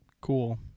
Cool